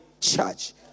church